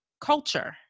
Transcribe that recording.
culture